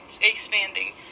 expanding